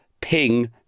Ping